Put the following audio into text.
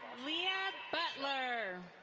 leah butler.